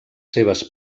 seves